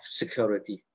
security